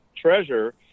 treasure